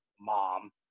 mom